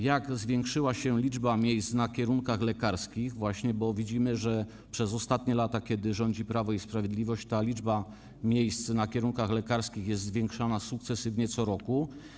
Jak zwiększyła się liczba miejsc właśnie na kierunkach lekarskich? - bo widzimy, że przez ostanie lata, kiedy rządzi Prawo i Sprawiedliwość, ta liczba miejsc na kierunkach lekarskich jest zwiększana sukcesywnie co roku.